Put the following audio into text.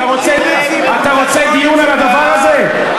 אתה רוצה דיון על הדבר הזה?